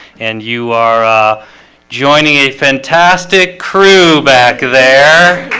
and you are joining a fantastic crew back there